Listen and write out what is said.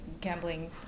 gambling